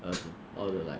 uh all the like